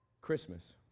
Christmas